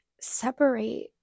separate